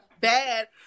bad